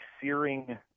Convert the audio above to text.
searing